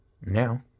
Now